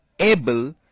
able